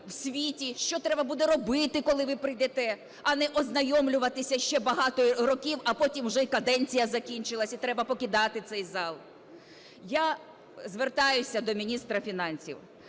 що треба буде робити, коли ви прийдете. А не ознайомлюватися ще багато років, а потім вже і каденція закінчилась, і треба покидати цей зал. Я звертаюсь до міністра фінансів.